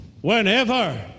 whenever